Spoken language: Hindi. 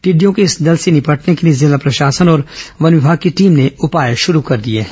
टिडिडयों के इस दल से निपटने क लिए जिला प्रशासन और वन विभाग की टीम ने उपाय शुरू कर दिए हैं